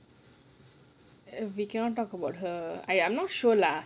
err we cannot talk about her !aiya! not sure lah